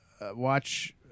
watch